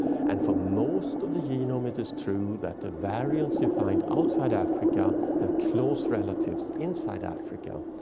and for most of the genome it is true that the variants you find outside africa have close relatives inside africa.